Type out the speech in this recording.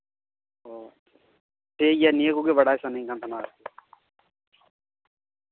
ᱚ ᱴᱷᱤᱠ ᱜᱮᱭᱟ ᱱᱤᱭᱟᱹ ᱠᱚᱜᱮ ᱵᱟᱰᱟᱭ ᱥᱟᱱᱟᱧ ᱠᱟᱱ ᱛᱟᱦᱮᱱᱟ ᱟᱨᱠᱤ